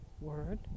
word